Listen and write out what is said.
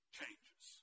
changes